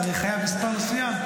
אתה הרי חייב לבוא במספר מסוים.